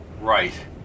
Right